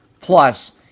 Plus